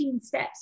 steps